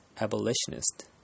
abolitionist